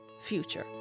future